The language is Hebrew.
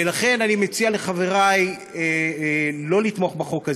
ולכן, אני מציע לחברי שלא לתמוך בחוק הזה,